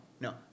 No